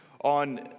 on